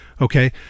Okay